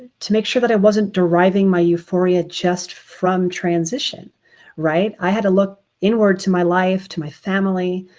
to make sure that i wasn't deriving my euphoria just from transition right? i had to look inward to my life to my family,